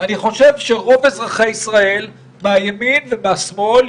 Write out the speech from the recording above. אני חושב שרוב אזרחי ישראל מהימין והשמאל,